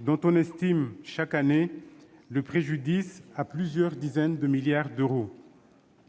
dont on estime, chaque année, le préjudice à plusieurs dizaines de milliards d'euros.